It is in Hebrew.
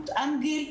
מותאם גיל,